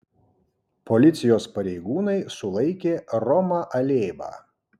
policijos pareigūnai sulaikė romą alėbą